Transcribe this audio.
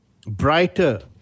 brighter